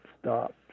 stop